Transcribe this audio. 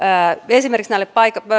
esimerkiksi näille